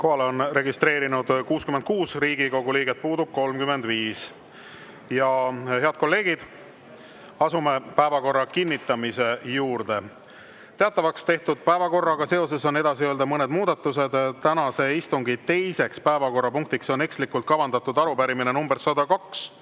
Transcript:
on registreerunud 66 Riigikogu liiget, puudub 35.Head kolleegid, asume päevakorra kinnitamise juurde. Teatavaks tehtud päevakorraga seoses on edasi öelda mõned muudatused. Tänase istungi teiseks päevakorrapunktiks on ekslikult kavandatud arupärimine nr 102,